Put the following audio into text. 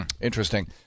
Interesting